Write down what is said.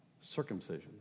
circumcision